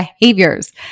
behaviors